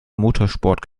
motorsport